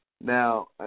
Now